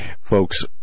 folks